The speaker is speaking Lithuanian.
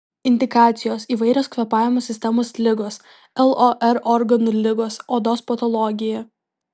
indikacijos įvairios kvėpavimo sistemos ligos lor organų ligos odos patologija